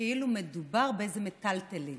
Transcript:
כאילו מדובר באיזה מיטלטלין.